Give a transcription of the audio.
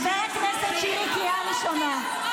--- חבר הכנסת שירי, קריאה ראשונה.